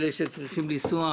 אלה שצריכים לנסוע,